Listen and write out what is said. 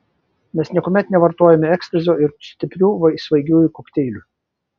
mes niekuomet nevartojome ekstazio ir stiprių svaigiųjų kokteilių